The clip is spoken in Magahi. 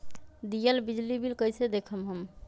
दियल बिजली बिल कइसे देखम हम?